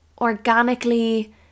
organically